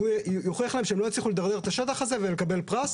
והוא יוכיח להם שהם לא יצליחו לדרדר את השטח הזה ולקבל פרס.